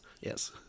yes